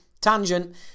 Tangent